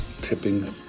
Tipping